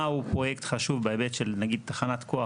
מהו פרויקט חשוב בהיבט של נגיד תחנת כוח,